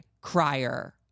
crier